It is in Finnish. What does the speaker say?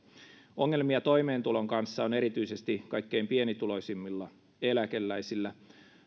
ongelmia toimeentulon kanssa on erityisesti kaikkein pienituloisimmilla eläkeläisillä